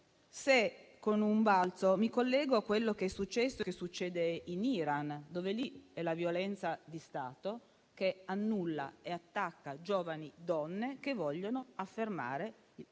se, con un balzo, mi collego a quello che è successo e che succede in Iran, dove è la violenza di Stato che annulla e attacca giovani donne che vogliono affermare semplicemente